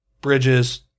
Bridges